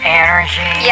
energy